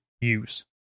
use